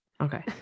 Okay